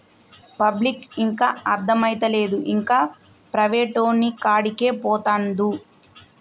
పబ్లిక్కు ఇంకా అర్థమైతలేదు, ఇంకా ప్రైవేటోనికాడికే పోతండు